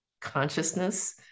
consciousness